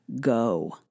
go